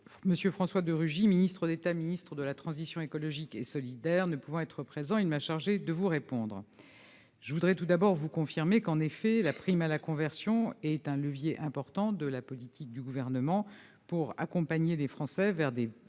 M. François de Rugy, ministre d'État, ministre de la transition écologique et solidaire. Ne pouvant être présent, il m'a chargée de vous répondre. Tout d'abord, je vous confirme que la prime à la conversion est un levier important de la politique du Gouvernement pour accompagner les Français vers des véhicules